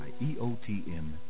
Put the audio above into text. EOTM